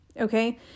okay